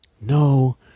No